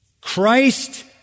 Christ